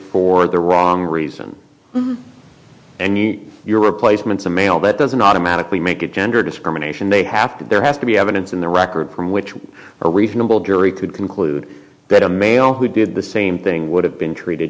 for the wrong reason and your replacements a male that doesn't automatically make it gender discrimination they have to there has to be evidence in the record from which a reasonable jury could conclude that a male who did the same thing would have been treated